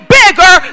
bigger